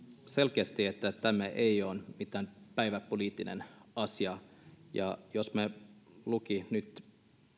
selkeästi että tämä ei ole mikään päivänpoliittinen asia ja jos me luemme nyt